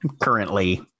currently